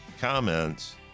comments